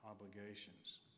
obligations